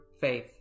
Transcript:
faith